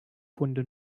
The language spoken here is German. funde